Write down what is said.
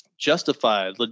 justified